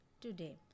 today